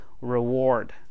reward